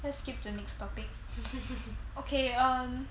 let's skip to the next topic okay um